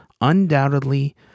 Undoubtedly